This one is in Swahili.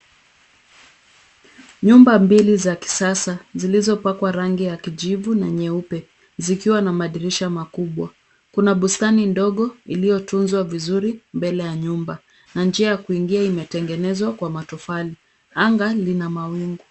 Nyumba mbili za kisasa zilizopakwa rangi ya kijivu na nyeupe zikiwa na madirisha makubwa. Kuna bustani ndogo iliyotunzwa vizuri mbele ya nyumba na njia ya kuingia imetengenezwa kwa matofali. Anga lina mawingu.